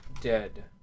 dead